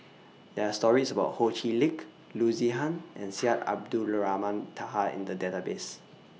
There Are stories about Ho Chee Lick Loo Zihan and Syed Abdulrahman Taha in The Database